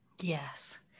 yes